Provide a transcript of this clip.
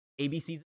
ABCs